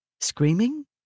screaming